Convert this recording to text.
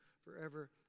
forever